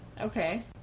Okay